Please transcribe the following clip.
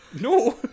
No